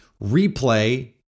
Replay